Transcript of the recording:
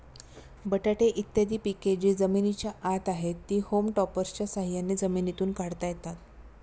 बटाटे इत्यादी पिके जी जमिनीच्या आत आहेत, ती होम टॉपर्सच्या साह्याने जमिनीतून काढता येतात